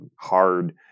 hard